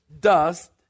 dust